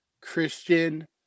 Christian